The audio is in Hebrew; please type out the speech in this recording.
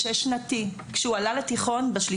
כשהוא עלה לתיכון ב-3